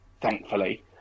thankfully